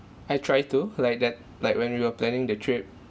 I try to like that like when we were planning the trip